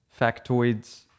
factoids